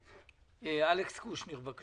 אלכס קושניר, בבקשה,